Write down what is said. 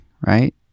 right